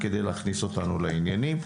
רק כדי להכניס אותנו לעניינים,